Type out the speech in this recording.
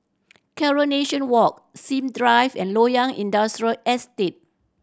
Coronation Walk Sim Drive and Loyang Industrial Estate